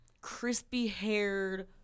crispy-haired